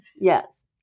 yes